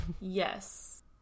yes